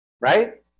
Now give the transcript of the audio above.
Right